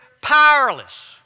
powerless